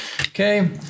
Okay